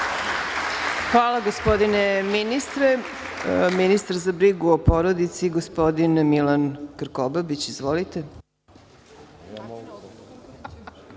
Hvala, gospodine ministre. Ministar za brigu o selu, gospodin Milan Krkobabić. Izvolite.